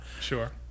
Sure